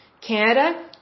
Canada